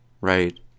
Right